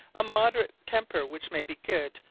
a moderate temper which may be good,